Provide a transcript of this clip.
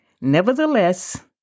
Nevertheless